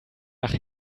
nach